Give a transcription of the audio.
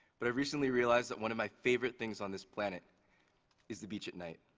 but i recently realized that one of my favorite things on this planet is the beach at night.